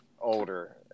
older